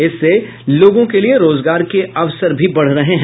इससे लोगों के लिए रोजगार के अवसर भी बढ रहे हैं